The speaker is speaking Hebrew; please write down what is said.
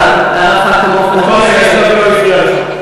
חבר הכנסת אייכלר.